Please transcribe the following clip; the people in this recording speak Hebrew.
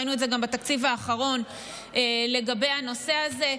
ראינו את זה גם בתקציב האחרון לגבי הנושא הזה.